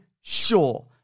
sure